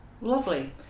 Lovely